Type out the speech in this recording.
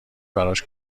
براش